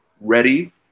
ready